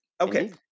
Okay